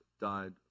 died